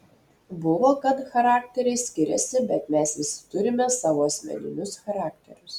buvo kad charakteriai skiriasi bet mes visi turime savo asmeninius charakterius